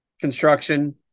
construction